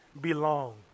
belong